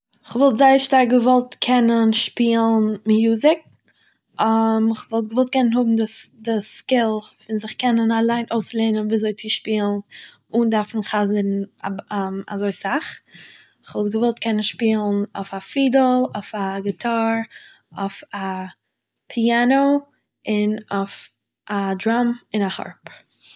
כ'וואלט זייער שטארק געוואלט קענען שפילן מיוזיק, און איך וואלט געוואלט קענען האבן דאס סקיל פון זיך קענען אליין אויסלערנען וויאזוי צו שפילן, אן דארפן חזר'ן אזוי סאך, כ'וואלט געוואלט קענען שפילן אויף א פידל, אויף א גיטאר, אויף א פיאנא, און אויף א דראם און א הארפ